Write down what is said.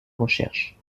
recherche